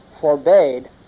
forbade